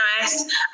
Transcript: nice